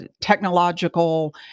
technological